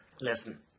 Listen